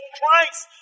Christ